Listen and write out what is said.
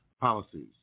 policies